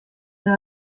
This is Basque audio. edo